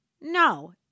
no